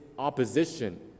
opposition